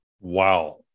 Wow